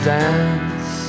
dance